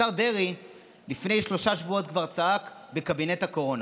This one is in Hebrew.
השר דרעי לפני שלושה שבועות כבר צעק בקבינט הקורונה: